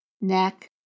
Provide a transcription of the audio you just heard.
neck